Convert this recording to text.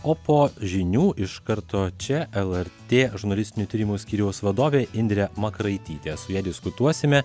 o po žinių iš karto čia lrt žurnalistinių tyrimų skyriaus vadovė indrė makaraitytė su ja diskutuosime